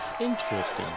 Interesting